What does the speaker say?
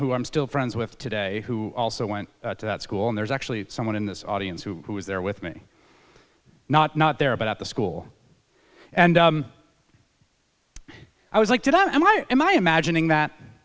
who i'm still friends with today who also went to school and there's actually someone in this audience who was there with me not not there but at the school and i was like did i am i imagining that